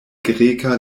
greka